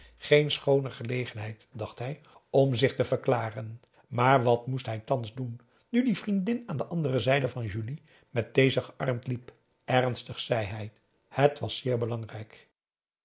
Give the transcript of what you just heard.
geen schooner gelegenheid dacht hij om zich te verklaren maar wat moest hij thans doen nu die vriendin aan de andere zijde van julie met deze gearmd liep ernstig zei hij t was zeer belangrijk